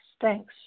Thanks